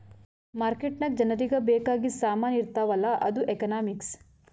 market ನಾಗ್ ಜನರಿಗ ಬೇಕ್ ಆಗಿದು ಸಾಮಾನ್ ಇರ್ತಾವ ಅಲ್ಲ ಅದು ಎಕನಾಮಿಕ್ಸ್